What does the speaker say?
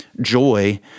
joy